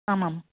आमाम्